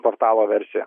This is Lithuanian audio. portalo versiją